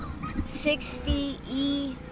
60E